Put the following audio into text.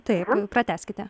taip pratęskite